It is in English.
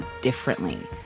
differently